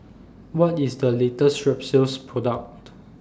What IS The latest Strepsils Product